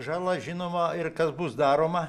žala žinoma ir kas bus daroma